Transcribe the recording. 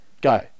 go